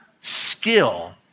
skill